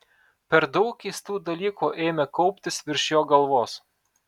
per daug keistų dalykų ėmė kauptis virš jo galvos